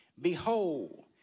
Behold